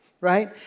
right